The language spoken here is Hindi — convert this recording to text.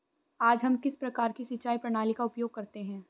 आज हम किस प्रकार की सिंचाई प्रणाली का उपयोग करते हैं?